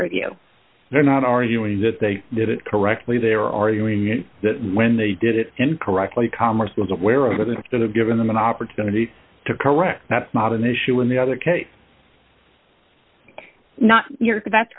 review they're not arguing that they did it correctly they're arguing that when they did it incorrectly commerce was aware of it that have given them an opportunity to correct that's not an issue in the other case not yours that's